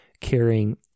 caring